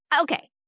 Okay